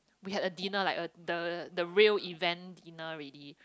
we had a dinner like uh the the real event dinner already